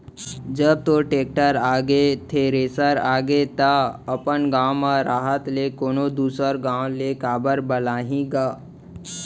जब तोर टेक्टर आगे, थेरेसर आगे त अपन गॉंव म रहत ले कोनों दूसर गॉंव ले काबर बलाही गा?